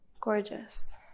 Gorgeous